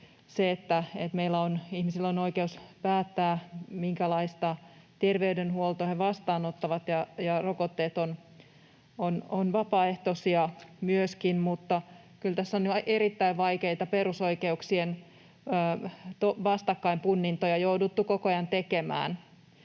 meillä ihmisillä on oikeus päättää, minkälaista terveydenhuoltoa he vastaanottavat, ja rokotteet ovat vapaaehtoisia myöskin, mutta kyllä tässä on erittäin vaikeita perusoikeuksien vastakkainpunnintoja jouduttu koko ajan tekemään.